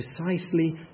precisely